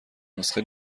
نسخه